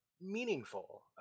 meaningful